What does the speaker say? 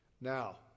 Now